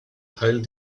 teil